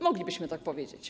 Moglibyśmy tak powiedzieć.